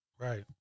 Right